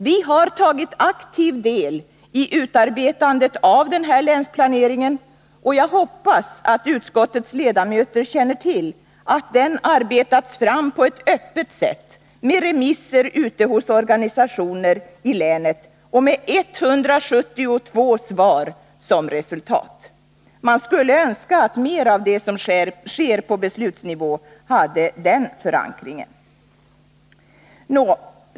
Vi har tagit aktiv del i utarbetandet av denna länsplanering, och jag hoppas att utskottets ledamöter känner till att den arbetats fram på ett öppet sätt med remisser till organisationer i länet och med 172 svar som resultat. Man skulle önska att mer av det som sker på beslutsnivå hade den förankringen.